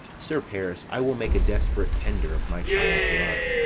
sir paris, i will make a desperate tender of my child's love.